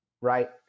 right